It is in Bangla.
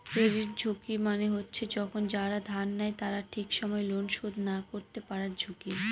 ক্রেডিট ঝুঁকি মানে হচ্ছে যখন যারা ধার নেয় তারা ঠিক সময় লোন শোধ না করতে পারার ঝুঁকি